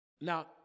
Now